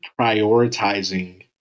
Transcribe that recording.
prioritizing